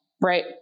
Right